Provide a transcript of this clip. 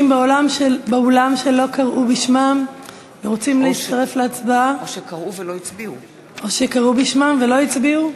באולם שלא קראו בשמם ורוצים להצטרף להצבעה או שקראו בשמם ולא הצביעו?